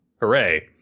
Hooray